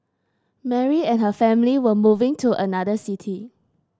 Mary and her family were moving to another city